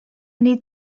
need